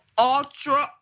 ultra